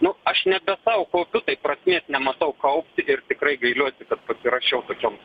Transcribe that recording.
nu aš nebe sau kaupiu tai prasmės nematau kaupti ir tikrai gailiuosi kad pasirašiau tokiom są